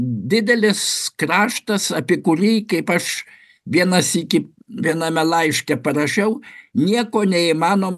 didelis kraštas apie kurį kaip aš vieną sykį viename laiške parašiau nieko neįmanoma